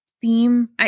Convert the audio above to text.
theme